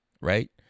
Right